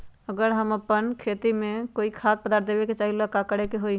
अगर हम अपना खेती में कोइ खाद्य पदार्थ देबे के चाही त वो ला का करे के होई?